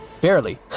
Barely